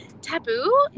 taboo